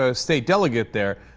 so state delegate there